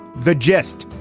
the gist.